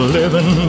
living